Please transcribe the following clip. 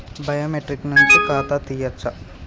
Biometric నుంచి ఖాతా తీయచ్చా?